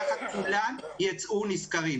ככה כולם ייצאו נשכרים.